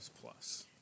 plus